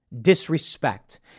Disrespect